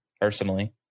personally